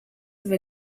have